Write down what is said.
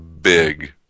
big